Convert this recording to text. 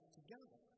together